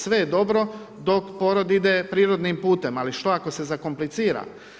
Sve je dobro dok porod ide prirodnim putem, ali što ako se zakomplicira.